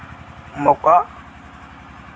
मौका